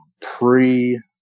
pre